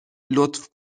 لطف